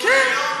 כן,